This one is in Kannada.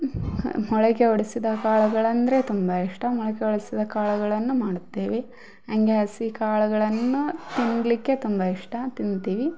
ಮೊಳಕೆ ಒಡಿಸಿದ ಕಾಳುಗಳಂದರೆ ತುಂಬ ಇಷ್ಟ ಮೊಳಕೆ ಒಡಿಸಿದ ಕಾಳುಗಳನ್ನು ಮಾಡುತ್ತೇವೆ ಹಂಗೆ ಹಸಿ ಕಾಳುಗಳನ್ನೂ ತಿನ್ನಲಿಕ್ಕೆ ತುಂಬ ಇಷ್ಟ ತಿಂತೀವಿ